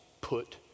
put